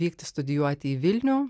vykti studijuoti į vilnių